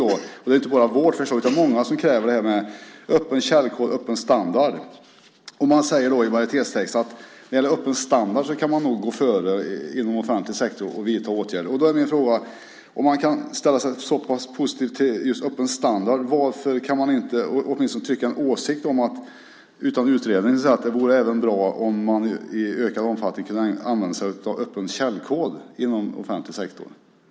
Det är inte bara vårt förslag, utan det är många som kräver öppen källkod och öppen standard. Man säger i majoritetstexten att man nog kan gå före inom offentlig sektor och vidta åtgärder när det gäller öppen standard. Min fråga är: Om man ställer sig så pass positiv till öppen standard, varför kan man då inte åtminstone uttrycka en åsikt om att det även vore bra om man i ökad omfattning kunde använda sig av öppen källkod inom offentlig sektor?